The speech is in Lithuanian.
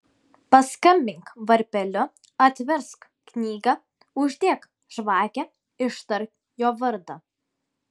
paskambink varpeliu atversk knygą uždek žvakę ištark jo vardą